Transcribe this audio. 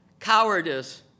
Cowardice